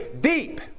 deep